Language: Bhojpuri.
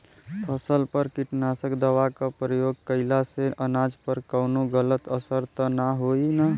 फसल पर कीटनाशक दवा क प्रयोग कइला से अनाज पर कवनो गलत असर त ना होई न?